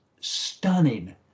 stunning